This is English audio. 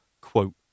Quote